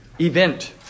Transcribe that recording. event